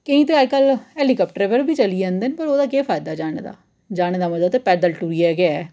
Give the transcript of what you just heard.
केईं ते अज्जकल ऐलीटैप्टरै पर बी चली जंदे न पर ओह्दा केह् फायदा जाने दे जाने दा मजा ते पैदल टुरियै गै